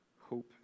hope